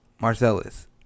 Marcellus